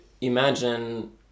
imagine